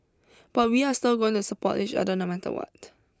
but we are still going to support each other no matter what